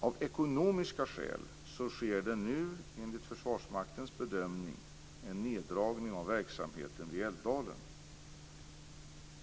Av ekonomiska skäl görs nu, enligt Försvarsmaktens bedömning, en neddragning av verksamheten vid Älvdalen.